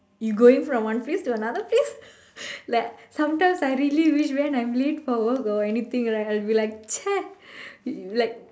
you going from one place to another place like sometimes I really wish when I'm late for work or anything right I'll be like ச்சே:chsee like